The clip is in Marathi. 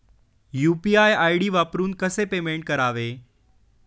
यु.पी.आय आय.डी वापरून कसे पेमेंट करावे?